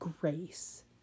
Grace